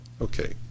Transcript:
Okay